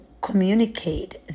communicate